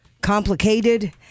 complicated